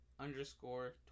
underscore